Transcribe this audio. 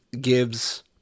gives